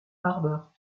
harbert